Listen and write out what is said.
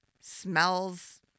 smells